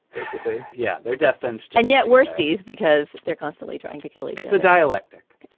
basically. yeah, they're destined and yet kirstie's because they're constantly trying to kill me. it's a dialectic,